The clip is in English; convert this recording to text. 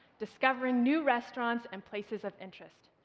discovering new restaurants and places of interest.